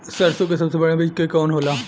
सरसों क सबसे बढ़िया बिज के कवन होला?